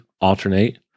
alternate